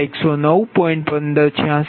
1586 4120